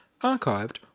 archived